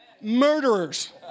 murderers